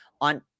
on